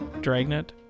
Dragnet